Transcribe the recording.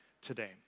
today